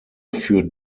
für